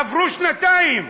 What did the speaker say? עברו שנתיים,